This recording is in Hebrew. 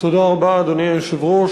אדוני היושב-ראש,